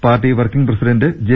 party working president J